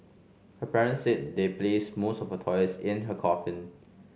her parents said they placed most of her toys in her coffin